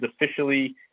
officially